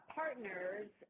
partners